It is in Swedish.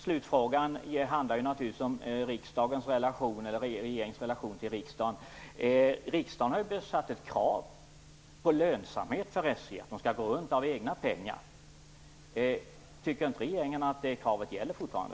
Slutfrågan handlar naturligtvis om regeringens relation till riksdagen. Riksdagen har ju satt ett krav om lönsamhet på SJ. SJ skall gå runt med egna pengar. Tycker inte regeringen att det kravet gäller fortfarande?